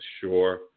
sure